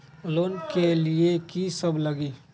Loan लिए की सब लगी?